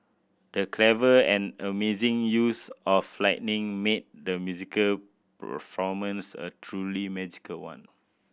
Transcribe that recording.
the clever and amazing use of lighting made the musical performance a truly magical one